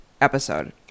episode